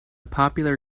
popular